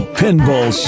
pinball